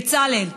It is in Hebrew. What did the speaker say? בצלאל,